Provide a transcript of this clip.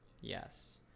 Yes